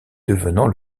devenant